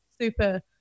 super